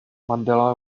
mandela